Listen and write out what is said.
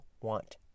want